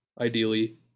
ideally